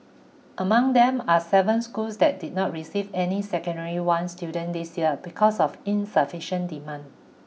among them are seven schools that did not receive any secondary one students this year because of insufficient demand